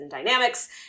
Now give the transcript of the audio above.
dynamics